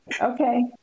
Okay